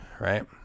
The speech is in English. right